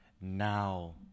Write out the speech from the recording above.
now